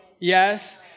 Yes